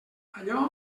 allò